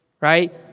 Right